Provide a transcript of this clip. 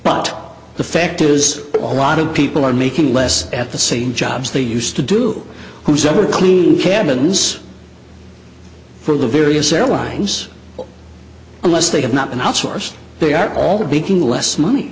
but the fact is a lot of people are making less at the same jobs they used to do who's never cleaned cabins for the various airlines unless they have not been outsourced they are all the baking less money